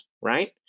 right